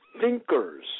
thinkers